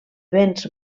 béns